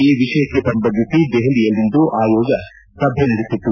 ಈ ವಿಷಯಕ್ಕೆ ಸಂಬಂಧಿಸಿ ದೆಹಲಿಯಲ್ಲಿಂದು ಆಯೋಗ ಸಭೆ ನಡೆಸಿತು